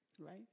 right